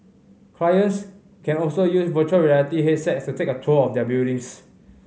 clients can also use virtual reality headset to take a tour of their buildings